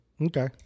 Okay